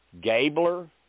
Gabler